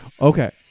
Okay